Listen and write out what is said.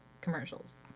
commercials